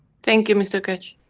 thank you mr keshe.